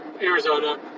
Arizona